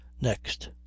next